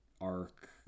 arc